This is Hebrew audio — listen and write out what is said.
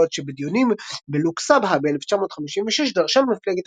בעוד שבדיונים בלוק סבהה ב-1955 דרשה מפלגת